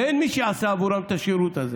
ואין מי שיעשה בעבורם את השירות הזה?